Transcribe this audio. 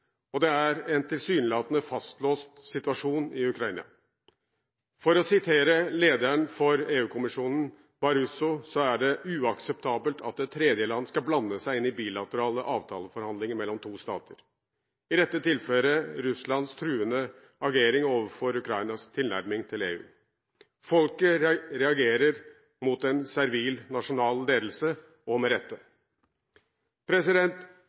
og det er en tilsynelatende fastlåst situasjon i Ukraina. For å sitere lederen for EU-kommisjonen, Barroso, er det uakseptabelt at et tredjeland skal blande seg inn i bilaterale avtaleforhandlinger mellom to stater – i dette tilfellet Russlands truende agering overfor Ukrainas tilnærming til EU. Folket reagerer mot en servil nasjonal ledelse, og med